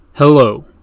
Hello